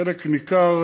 חלק ניכר,